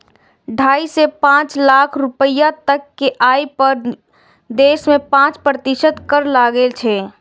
ढाइ सं पांच लाख रुपैया तक के आय पर देश मे पांच प्रतिशत कर लागै छै